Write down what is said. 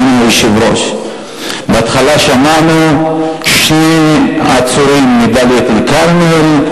אדוני היושב-ראש: בהתחלה שמענו על שני עצורים מדאלית-אל-כרמל,